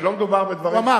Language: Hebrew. שלא מדובר בדברים שטותיים.